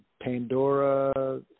Pandora